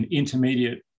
intermediate